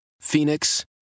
Phoenix